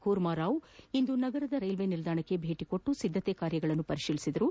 ಕುರ್ಮಾರಾವ್ ಇಂದು ನಗರದ ರೈಲು ನಿಲ್ದಾಣಕ್ಕೆ ಭೇಟಿ ನೀಡಿ ಸಿದ್ದತಾ ಕಾರ್ಯಗಳನ್ನು ಪರಿಶೀಲಿಸಿದರು